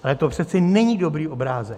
Ale to přece není dobrý obrázek.